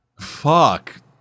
Fuck